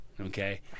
Okay